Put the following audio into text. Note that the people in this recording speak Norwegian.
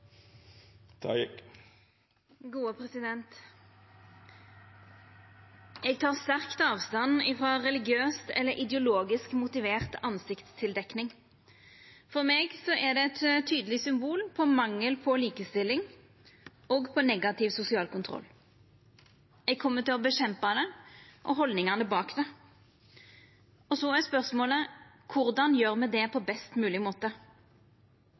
Eg tek sterkt avstand frå religiøst eller ideologisk motivert ansiktstildekking. For meg er det eit tydeleg symbol på mangel på likestilling og på negativ sosial kontroll. Eg kjem til å kjempa mot det og haldningane bak det. Så er spørsmålet: Korleis gjer me det på best mogleg måte?